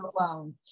alone